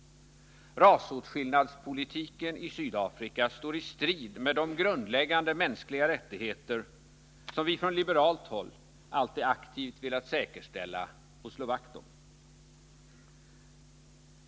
Rasåtskillnadspolitiken i Sydafrika står i strid med de grundläggande mänskliga rättigheter som vi på liberalt håll alltid aktivt har velat säkerställa och slå vakt om.